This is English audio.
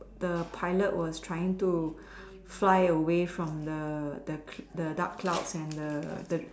the pilot was trying to fly away from the the dark clouds and the the